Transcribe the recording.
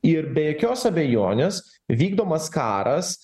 ir be jokios abejonės vykdomas karas